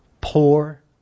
poor